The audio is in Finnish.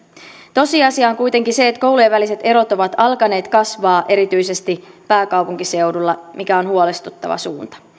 tosiasia on kuitenkin se että koulujen väliset erot ovat alkaneet kasvaa erityisesti pääkaupunkiseudulla mikä on huolestuttava suunta